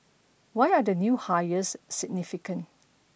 why are the new hires significant